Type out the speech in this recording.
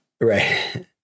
Right